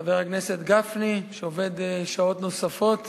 חבר הכנסת גפני, שעובד שעות נוספות